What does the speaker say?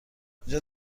اینجا